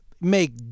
make